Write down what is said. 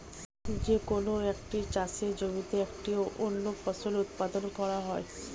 যে কোন একটি চাষের জমিতে একটি অনন্য ফসল উৎপাদন করা হয়